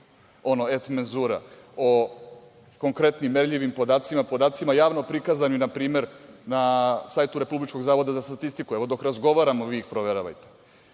ono „et menzura“, o konkretnim merljivim podacima javno prikazanim, na primer, na sajtu Republičkog zavoda za statistiku, evo, dok razgovaramo, vi proveravajte,